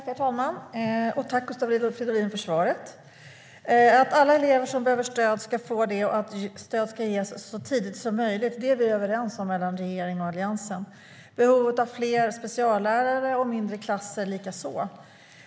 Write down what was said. Herr talman! Jag tackar Gustav Fridolin för svaret. Att alla elever som behöver stöd ska få det och att stöd ska ges så tidigt som möjligt är vi överens om mellan regeringen och Alliansen, likaså om behovet av fler speciallärare och mindre klasser.